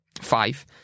five